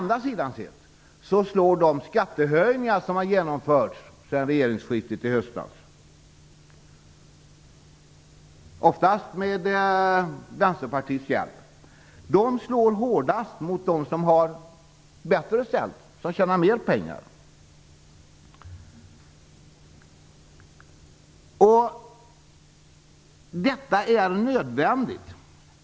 Däremot slår de skattehöjningar som har genomförts sedan regeringsskiftet i höstas, oftast med Vänsterpartiets hjälp, hårdast mot dem som har det bättre ställt, som tjänar mer pengar. Detta är nödvändigt.